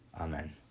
Amen